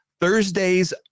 Thursdays